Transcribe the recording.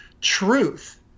truth